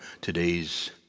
today's